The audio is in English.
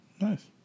Nice